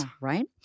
right